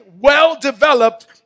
well-developed